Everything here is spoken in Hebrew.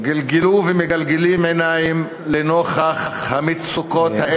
גלגלו ומגלגלים עיניים לנוכח המצוקות האלה,